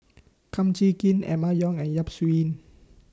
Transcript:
Kum Chee Kin Emma Yong and Yap Su Yin